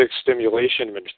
stimulation